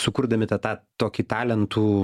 sukurdami tą tą tokį talentų